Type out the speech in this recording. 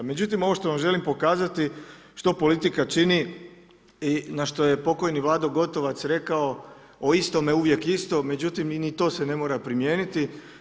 Međutim, ovo što vam želim pokazati što politika čini i na što je pokojni Vlado Gotovac rekao o istome uvijek isto, međutim ni to se ne mora primijeniti.